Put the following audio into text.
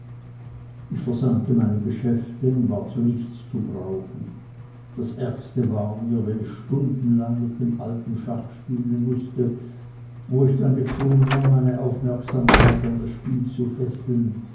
ich versäumte meine geschäfte und war zu nichts zu brauchen das ärgste war mir wenn ich stundenlang mit dem alten schach spielen mußte wo ich dann gezwungen war meine aufmerksamkeit an das spiel zu fesseln